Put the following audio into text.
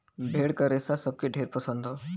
भेड़ क रेसा सबके ढेर पसंद हौ